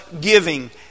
giving